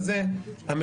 העדות,